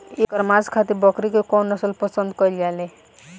एकर मांस खातिर बकरी के कौन नस्ल पसंद कईल जाले?